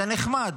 זה נחמד.